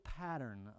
pattern